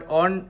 on